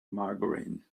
margarine